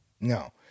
No